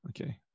Okay